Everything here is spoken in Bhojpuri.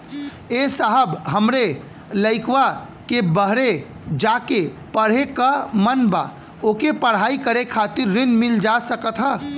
ए साहब हमरे लईकवा के बहरे जाके पढ़े क मन बा ओके पढ़ाई करे खातिर ऋण मिल जा सकत ह?